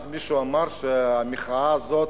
אז מישהו אמר שהמחאה הזאת,